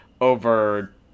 over